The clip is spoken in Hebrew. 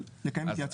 לקיים התייעצות.